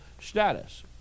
status